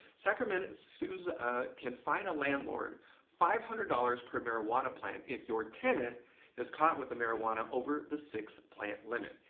sacramento ah can fine a landlord five hundred dollars per marijuana plant if your tenant is caught with the marijuana over the six plant limit.